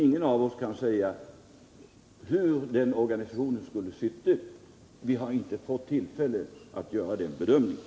Ingen av oss kan säga 121 hur den organisationen skall se ut. Vi har inte fått tillfälle att göra den bedömningen.